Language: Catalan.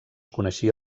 coneixia